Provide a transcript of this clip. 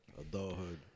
Adulthood